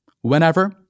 whenever